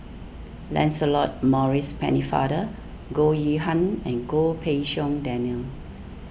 Lancelot Maurice Pennefather Goh Yihan and Goh Pei Siong Daniel